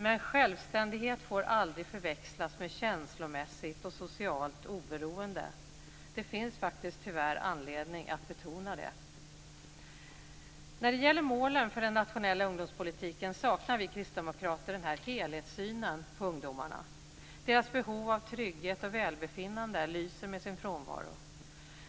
Men självständighet får aldrig förväxlas med känslomässigt och socialt oberoende. Det finns faktiskt tyvärr anledning att betona det. När det gäller målen för den nationella ungdomspolitiken saknar vi kristdemokrater den här helhetssynen på ungdomarna. Deras behov av trygghet och välbefinnande lyser med sin frånvaro.